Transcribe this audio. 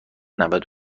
نود